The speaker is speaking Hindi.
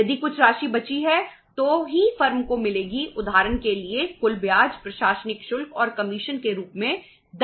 यदि कुछ राशि बची है तो ही फर्म को मिलेगी उदाहरण के लिए कुल ब्याज प्रशासनिक शुल्क और कमीशन के रूप में 10 निकलता है